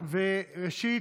ראשית,